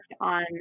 on